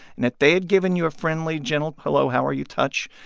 and if they had given you a friendly, gentle hello-how-are-you touch,